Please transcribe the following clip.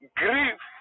grief